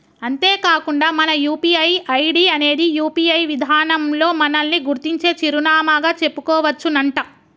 అంతేకాకుండా మన UPI ID అనేది యూ.పీ.ఐ విధానంలో మనల్ని గుర్తించే చిరునామాగా చెప్పుకోవచ్చునంట